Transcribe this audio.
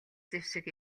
зэвсэг